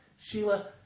Sheila